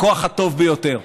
הכוח הטוב ביותר.